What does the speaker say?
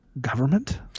government